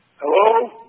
Hello